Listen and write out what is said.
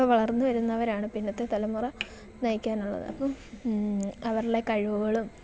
ഇപ്പോൾ വളർന്നു വരുന്നവരാണ് പിന്നത്തെ തലമുറ നയിക്കാനുള്ളത് അപ്പം അവരിലെ കഴിവുകളും